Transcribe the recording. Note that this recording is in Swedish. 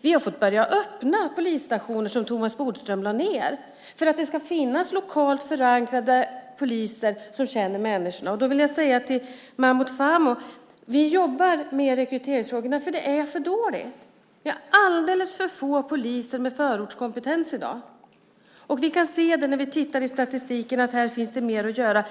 Vi har fått börja öppna polisstationer som Thomas Bodström lade ned just för att det ska finnas lokalt förankrade poliser som känner människorna. Till Mahmood Fahmi vill jag säga att vi jobbar med rekryteringsfrågorna, för det är för dåligt i det avseendet. Vi har i dag alldeles för få poliser med förortskompetens. Vi kan se i statistiken att här finns mer att göra.